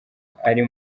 ari